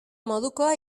modukoa